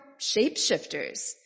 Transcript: shapeshifters